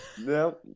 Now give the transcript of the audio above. No